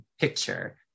picture